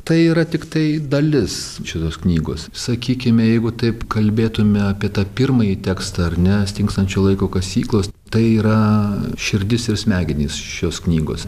tai yra tiktai dalis šitos knygos sakykime jeigu taip kalbėtume apie tą pirmąjį tekstą ar ne stingstančio laiko kasyklos tai yra širdis ir smegenys šios knygos